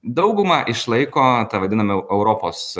dauguma išlaiko tą vadinamą europos